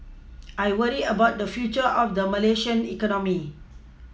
I worry about the future of the Malaysian economy